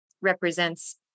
represents